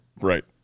Right